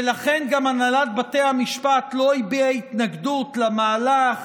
ולכן גם הנהלת בתי המשפט לא הביעה התנגדות למהלך,